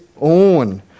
own